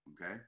okay